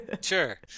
Sure